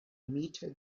mitte